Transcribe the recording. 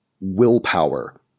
willpower